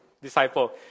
Disciple